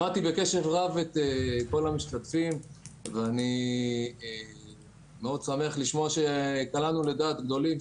שמעתי בקשב רב את כל המשתתפים ואני שמח מאוד שקלענו לדעת גדולים,